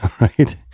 right